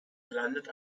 landet